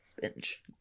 binge